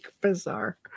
bizarre